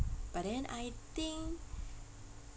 but then I think